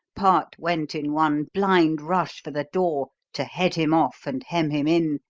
part went in one blind rush for the door to head him off and hem him in,